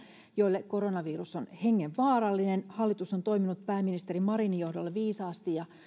joille koronavirus on hengenvaarallinen hallitus on toiminut pääministeri marinin johdolla viisaasti ja